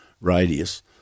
radius